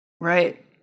Right